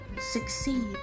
succeed